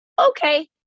okay